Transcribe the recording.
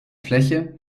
fläche